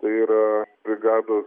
tai yra brigados